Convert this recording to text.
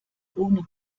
ohne